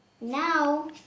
Now